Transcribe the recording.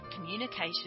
communication